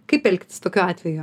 kaip elgtis tokiu atveju